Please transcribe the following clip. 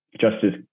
Justice